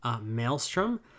Maelstrom